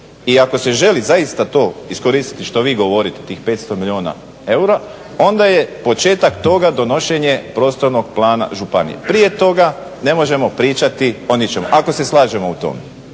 I ako se želi zaista to iskoristiti što vi govorite tih 500 milijuna eura onda je početak toga donošenje prostornog plana županije. Prije toga ne možemo pričati o ničemu ako se slažemo u tome.